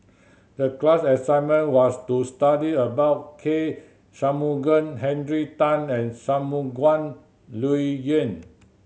the class assignment was to study about K Shanmugam Henry Tan and Shangguan Liuyun